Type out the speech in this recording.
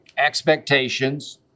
expectations